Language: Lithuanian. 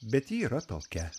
bet ji yra tokia